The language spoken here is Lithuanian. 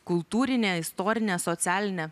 kultūrinė istorinė socialinė